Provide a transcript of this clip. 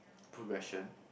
progression